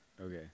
Okay